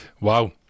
Wow